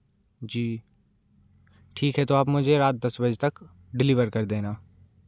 जी ठीक है तो आप मुझे रात दस बजे तक डिलीवर कर देना